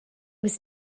was